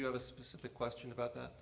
you have a specific question about th